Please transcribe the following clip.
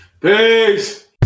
Peace